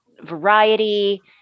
variety